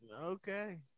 okay